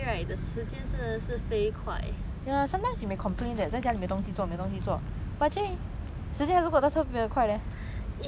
ya 所以 I think